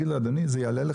יאמרו